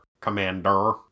Commander